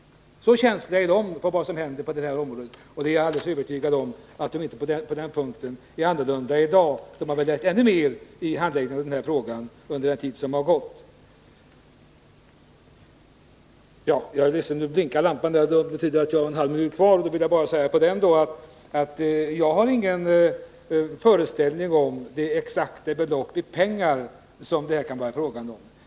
Så känsligt är bolaget för vad som händer på detta område. Och jag är alldeles övertygad om att bolaget på den punkten inte uppträder på ett annorlunda sätt i dag. Trångfors AB har lärt ännu mer av denna frågas handläggning under den tid som har gått. Jag har ingen föreställning om det exakta belopp i pengar som det i detta fall kan vara fråga om.